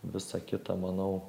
visa kita manau